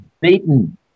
beaten